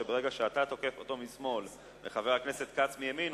כי ברגע שאתה תוקף אותו משמאל וחבר הכנסת כץ מימין,